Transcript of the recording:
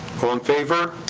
all in favor?